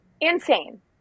Insane